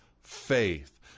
faith